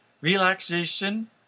relaxation